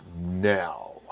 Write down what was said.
now